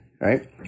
right